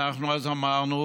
אמרנו